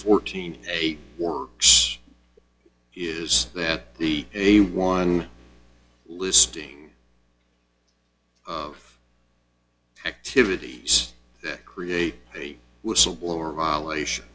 fourteen in a works is that the a one listing of activities that create a whistleblower violation